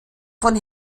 von